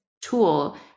tool